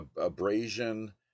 abrasion